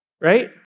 right